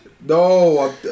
No